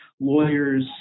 lawyers